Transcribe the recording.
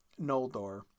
Noldor